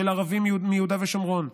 של ערבים מיהודה ושומרון,